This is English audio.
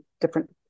different